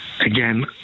again